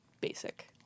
basic